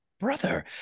brother